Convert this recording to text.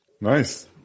Nice